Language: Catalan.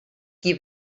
qui